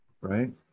Right